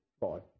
God